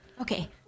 okay